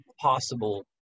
possible